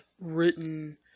written